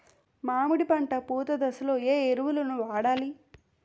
మామిడి పంట పూత దశలో ఏ ఎరువులను వాడాలి?